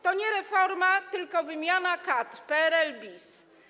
To nie reforma, tylko wymiana kadr, PRL bis.